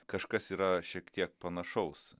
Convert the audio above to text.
kažkas yra šiek tiek panašaus